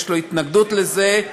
יש לו התנגדות לזה,